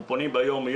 אנחנו פונים ביום-יום,